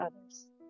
others